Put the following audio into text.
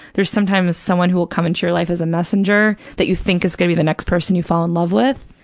there's sometimes someone who will come into your life as a messenger, that you think is going to be the next person you fall in love with,